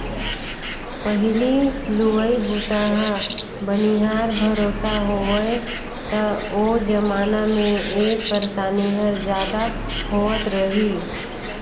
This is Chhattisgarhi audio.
पहिली लुवई बूता ह बनिहार भरोसा होवय त ओ जमाना मे ए परसानी हर जादा होवत रही